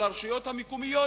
על הרשויות המקומיות,